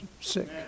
sick